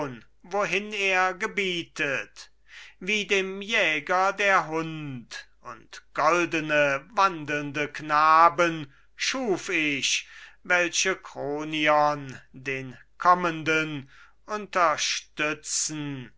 wohin er gebietet wie dem jäger der hund und goldene wandelnde knaben schuf ich welche kronion den kommenden unterstützen